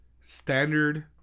standard